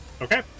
Okay